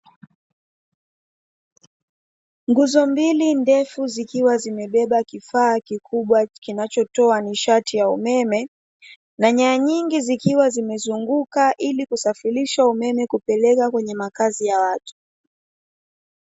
Nguzo mbili ndefu zikiwa zimebeba kifaa kikubwa kinachotoa nishati ya umeme, na nyaya nyingi zikiwa zimezunguka ili kusafirisha umeme kupeleka kwenye makazi ya watu.